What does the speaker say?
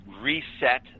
reset